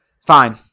Fine